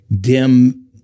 dim